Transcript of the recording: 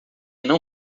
não